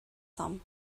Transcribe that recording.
some